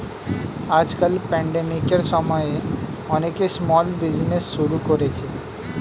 আজকাল প্যান্ডেমিকের সময়ে অনেকে স্মল বিজনেজ শুরু করেছে